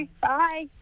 Bye